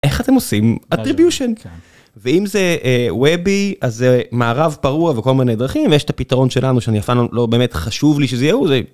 איך אתם עושים attribution? ואם זה אה... webby, אז זה מערב פרוע וכל מיני דרכים, ויש את הפתרון שלנו שאני אף פעם, לא באמת חשוב לי שזה יהיה הוא, זה...